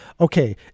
okay